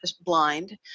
blind